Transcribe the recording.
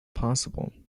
possible